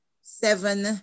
seven